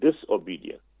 disobedience